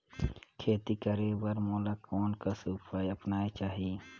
खेती करे बर मोला कोन कस उपाय अपनाये चाही?